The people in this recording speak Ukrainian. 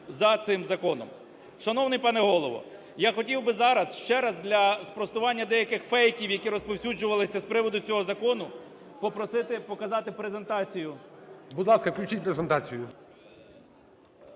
за цим законом. Шановний пане Голово, я хотів би зараз, ще раз, для спростування деякихфейків, які розповсюджувалися з приводу цього закону, попросити показати презентацію. ГОЛОВУЮЧИЙ. Будь ласка, включіть презентацію.